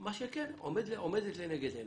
מה שכן עומד לנגד עיניי,